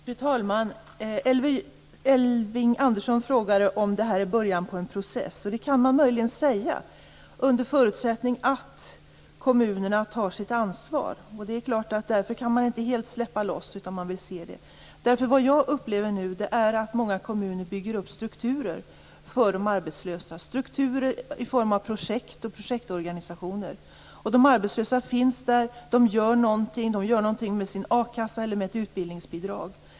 Fru talman! Elving Andersson frågade om det här är början på en process. Det kan man möjligen säga, under förutsättning att kommunerna tar sitt ansvar. Det är klart att man därför inte helt kan släppa loss, utan man vill se det. Vad jag nu upplever är att många kommuner bygger upp strukturer för de arbetslösa, i form av projekt och projektorganisationer. De arbetslösa finns där, och de gör någonting, med sin a-kassa eller med ett utbildningsbidrag.